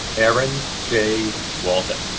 aaron jay walden.